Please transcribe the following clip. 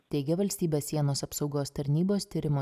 teigė valstybės sienos apsaugos tarnybos tyrimo